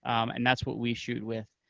um and that's what we shoot with.